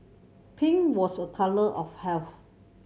pink was a colour of health